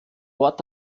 wort